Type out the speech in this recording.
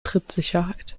trittsicherheit